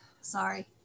sorry